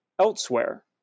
elsewhere